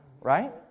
right